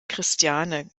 christiane